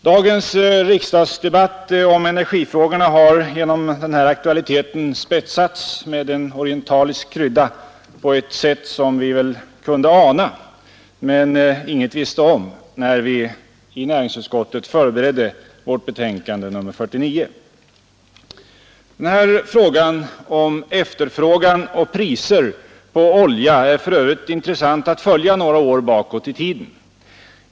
Dagens riksdagsdebatt om energifrågorna har genom den här aktualiteten spetsats med en orientalisk krydda på ett sätt som vi väl kunde ana men inget visste om när vi i näringsutskottet förberedde vårt betänkande nr 49. Den här frågan om efterfrågan och priser på olja är för övrigt intressant att följa några år bakåt i tiden.